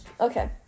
Okay